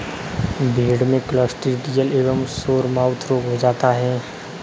भेड़ में क्लॉस्ट्रिडियल एवं सोरमाउथ रोग हो जाता है